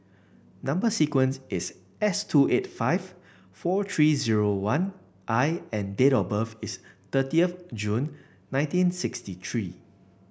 number sequence is S two eight five four three zero one I and date of birth is thirtieth June nineteen sixty three